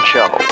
Show